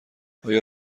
آیا